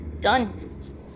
Done